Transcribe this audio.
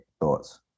Thoughts